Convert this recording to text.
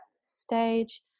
stage